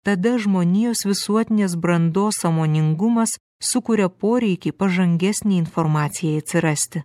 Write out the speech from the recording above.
tada žmonijos visuotinės brandos sąmoningumas sukuria poreikį pažangesnei informacijai atsirasti